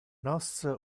nos